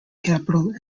capitol